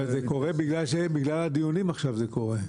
זאת אומרת בגלל הדיונים עכשיו זה קורה.